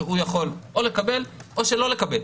שהוא יכול לקבל או שלא לקבל.